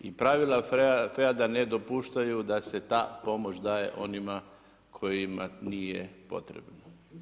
I pravila … ne dopuštaju da se ta pomoć daje onima kojima nije potrebno.